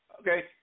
Okay